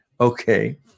Okay